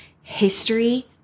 History